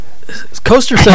Coaster